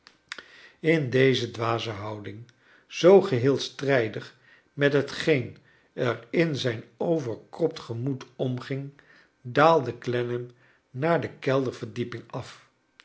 in deze dwaze houding zoo geheel strijdig met hetgeen er in zijn ove rkropt gemoed omging daalde clennam naar de kelderverdieping af